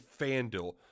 FanDuel